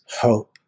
hope